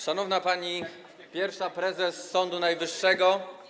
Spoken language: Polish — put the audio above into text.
Szanowna Pani Pierwsza Prezes Sądu Najwyższego!